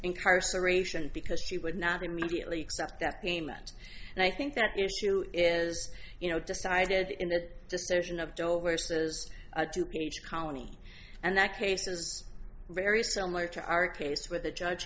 incarceration because she would not immediately except that payment and i think that the issue is you know decided in that decision of joe versus a two piece colony and that case is very similar to our case where the judge